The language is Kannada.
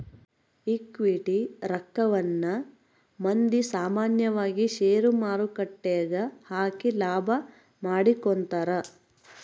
ಈಕ್ವಿಟಿ ರಕ್ಕವನ್ನ ಮಂದಿ ಸಾಮಾನ್ಯವಾಗಿ ಷೇರುಮಾರುಕಟ್ಟೆಗ ಹಾಕಿ ಲಾಭ ಮಾಡಿಕೊಂತರ